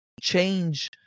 change